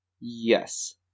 Yes